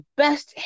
best